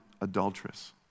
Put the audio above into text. adulteress